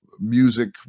music